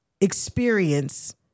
experience